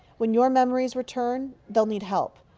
when your memories return, they'll need help.